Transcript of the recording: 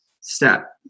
step